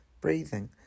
breathing